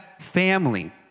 family